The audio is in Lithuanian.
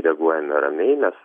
reaguojame ramiai nes